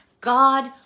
God